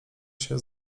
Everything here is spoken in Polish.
się